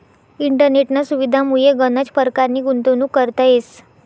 इंटरनेटना सुविधामुये गनच परकारनी गुंतवणूक करता येस